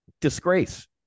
Disgrace